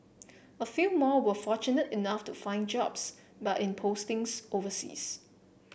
a few more were fortunate enough to find jobs but in postings overseas